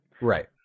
Right